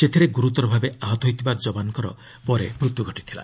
ସେଥିରେ ଗୁରୁତର ଭାବେ ଆହତ ହୋଇଥିବା ଯବାନଙ୍କର ପରେ ମୃତ୍ୟୁ ଘଟିଥିଲା